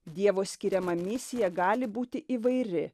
dievo skiriama misija gali būti įvairi